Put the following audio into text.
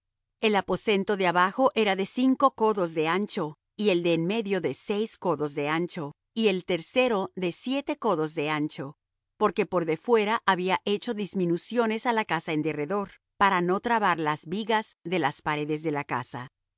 el aposento de abajo era de cinco codos de ancho y el de en medio de seis codos de ancho y el tercero de siete codos de ancho porque por de fuera había hecho disminuciones á la casa en derredor para no trabar las vigas de las paredes de la casa